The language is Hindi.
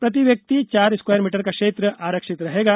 प्रति व्यक्ति चार स्क्वायर मीटर का क्षेत्र आरक्षित रहेगा